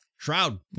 shroud